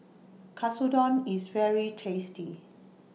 Katsudon IS very tasty